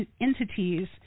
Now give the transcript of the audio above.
entities